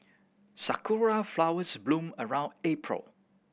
sakura flowers bloom around April